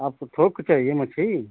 आपको थोक का चाहिए मच्छली